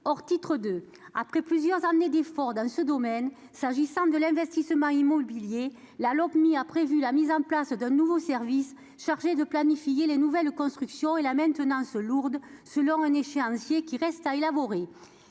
hors titre 2 après plusieurs années d'efforts dans ce domaine. S'agissant de l'investissement immobilier, la Lopmi a prévu la mise en place d'un nouveau service chargé de planifier les nouvelles constructions et la maintenance lourde selon un échéancier qui reste à élaborer.